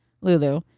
Lulu